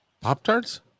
pop-tarts